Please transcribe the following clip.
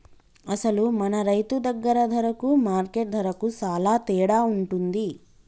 అసలు మన రైతు దగ్గర ధరకు మార్కెట్ ధరకు సాలా తేడా ఉంటుంది